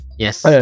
Yes